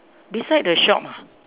beside the shop ah